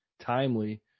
timely